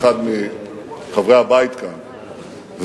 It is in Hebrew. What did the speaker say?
אחד מחברי הבית כאן,